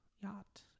Yacht